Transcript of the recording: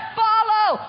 follow